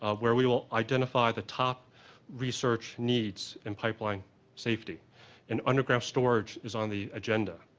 ah where we will identify the top research needs in pipeline safety and underground storage is on the agenda.